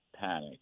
panic